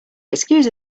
excuse